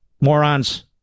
morons